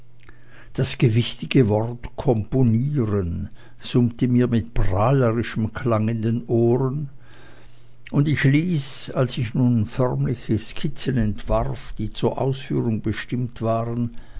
das gewichtige wort komponieren summte mir mit prahlerischem klang in den ohren und ich ließ als ich nun förmliche skizzen entwarf die zur ausführung bestimmt waren